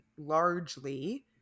largely